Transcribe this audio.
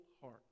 heart